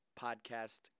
podcast